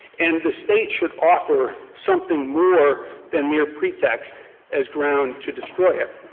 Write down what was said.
and the state should offer something more than mere pretext as ground to destroy it.